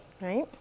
right